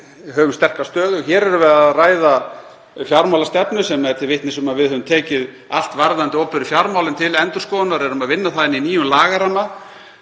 höfum sterka stöðu og hér erum við að ræða fjármálastefnu sem er til vitnis um að við höfum tekið allt varðandi opinberu fjármálin til endurskoðunar og erum að vinna það inni í nýjum lagaramma.